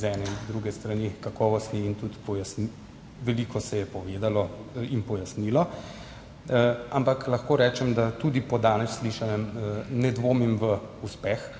z ene in druge strani kakovostni, in tudi veliko se je povedalo in pojasnilo. Ampak lahko rečem, da tudi po danes slišanem ne dvomim v uspeh.